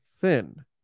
thin